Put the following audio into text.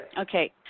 Okay